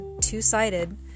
two-sided